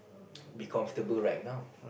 be comfortable right now